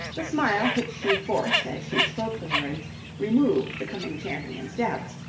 the smile which she forced as she spoke the words removed the coming champion's doubts,